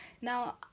Now